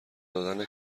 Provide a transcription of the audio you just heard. دادن